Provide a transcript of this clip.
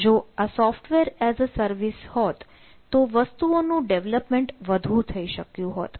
જો આ software as a service હોત તો વસ્તુઓનું ડેવલપમેન્ટ વધુ થઈ શક્યું હોત